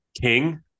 king